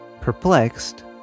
Perplexed